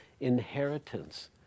inheritance